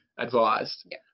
Advised